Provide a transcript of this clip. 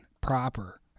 proper